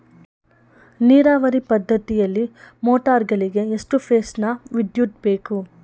ನೀರಾವರಿ ಪದ್ಧತಿಯಲ್ಲಿ ಮೋಟಾರ್ ಗಳಿಗೆ ಎಷ್ಟು ಫೇಸ್ ನ ವಿದ್ಯುತ್ ಬೇಕು?